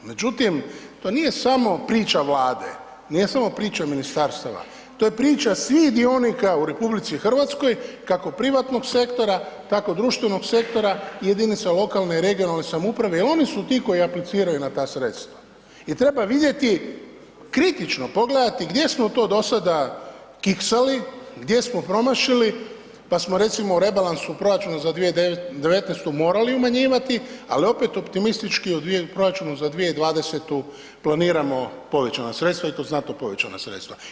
Međutim, to nije samo priča Vlade, nije samo priča ministarstava, to je priča svih dionika u RH kako privatnog sektora, tako društvenog sektora i jedinice lokalne i regionalne samouprave jer oni su ti koji apliciraju na ta sredstva i treba vidjeti kritično, pogledati gdje smo to do sada kiksali, gdje smo promašili, pa smo recimo, u rebalansu proračuna za 2019. morali umanjivati, ali opet optimistički u proračunu za 2020. planiramo povećana sredstva i to znatno povećana sredstva.